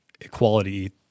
equality